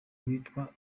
witwa